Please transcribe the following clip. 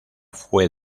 fue